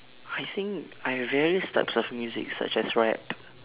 I think I've various types of music such as rap